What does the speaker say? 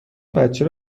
بچه